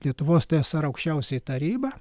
lietuvos tsr aukščiausioji taryba